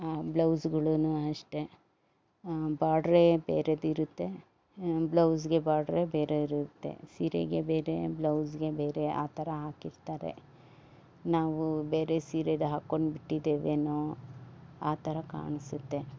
ಬ್ಲೌಸ್ಗಳೂನೂ ಅಷ್ಟೆ ಬಾಡ್ರೆ ಬೇರೇದಿರುತ್ತೆ ಬ್ಲೌಸ್ಗೆ ಬಾಡ್ರೆ ಬೇರೆ ಇರುತ್ತೆ ಸೀರೆಗೆ ಬೇರೆ ಬ್ಲೌಸ್ಗೆ ಬೇರೆ ಆ ಥರ ಹಾಕಿರ್ತಾರೆ ನಾವು ಬೇರೆ ಸೀರೆದು ಹಾಕ್ಕೊಂಡು ಬಿಟ್ಟಿದ್ದೇವೇನೊ ಆ ಥರ ಕಾಣಿಸುತ್ತೆ